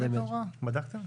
היא מתקיימת ההוראה, בדקת?